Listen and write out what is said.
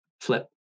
flip